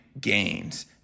gains